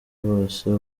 bose